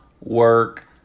work